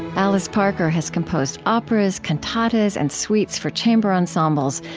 alice parker has composed operas, cantatas, and suites for chamber ensembles,